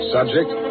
Subject